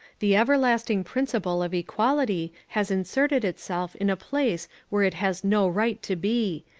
the everlasting principle of equality has inserted itself in a place where it has no right to be,